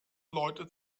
leute